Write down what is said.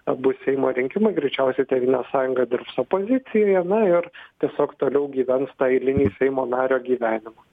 abu seimo rinkimai greičiausiai tėvynės sąjunga dirbs opozicijoje na ir tiesiog toliau gyvens tą eilinį seimo nario gyvenimą